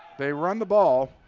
they run the ball,